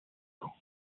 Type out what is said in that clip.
camps